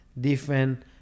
different